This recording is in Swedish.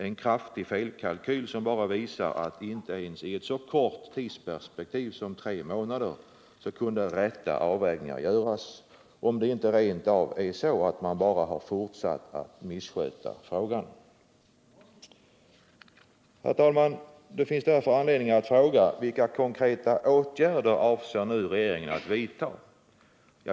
En kraftig felkalkyl, som bara visar att inte ens i ett så kort tidsperspektiv som tre månader kunde riktiga avvägningar göras. Om det inte rent av är så att man bara har fortsatt att missköta frågan. Herr talman! Det finns därför anledning att fråga: Vilka konkreta åtgärder avser nu regeringen att vidta?